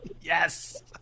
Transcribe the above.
Yes